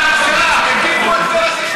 הדיחו את כל,